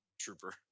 trooper